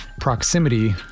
Proximity